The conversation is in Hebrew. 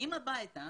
כשמגיעים הביתה